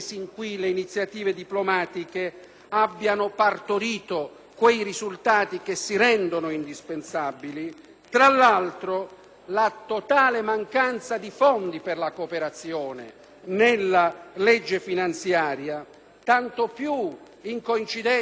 Tra l'altro, la totale mancanza di fondi per la cooperazione nella legge finanziaria, tanto più in coincidenza con la Presidenza del G8 che spetterà al nostro Paese, rischia di produrre